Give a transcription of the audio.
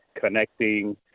connecting